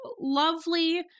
lovely